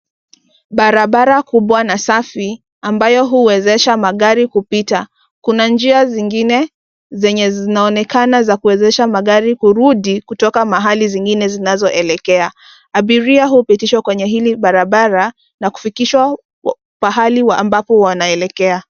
Barabara kubwa na safi ambayo huwezesha magari kupita. Kuna njia zingine zenye zinaonekana kuwezesha magari kurudi kutokana mahali zingine zinazoelekea. Abiria hupitishwa kwenye hili barabara na kufikishwa pahali ambapo wanaelekea.